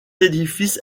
édifice